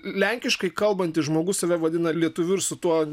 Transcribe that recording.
lenkiškai kalbantis žmogus save vadina lietuviu ir su tuo